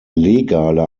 legale